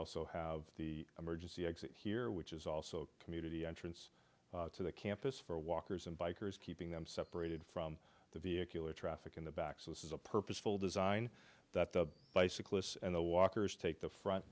also have the emergency exit here which is also a community entrance to the campus for walkers and bikers keeping them separated from the vehicle or traffic in the back so this is a purposeful design that the bicyclists and the walkers take the front